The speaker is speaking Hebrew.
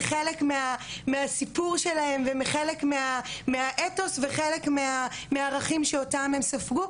חלק מהסיפור שלהן והן חלק מהאתוס וחלק מהערכים שאותם הם ספגו,